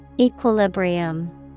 Equilibrium